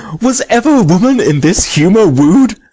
was ever woman in this humour woo'd?